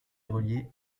reliée